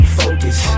focus